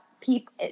people